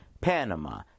Panama